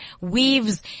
weaves